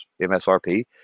MSRP